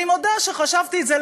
אני מודה שחשבתי את זה,